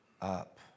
up